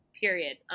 period